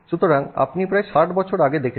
সুতরাং আপনি প্রায় 60 বছর আগে দেখছেন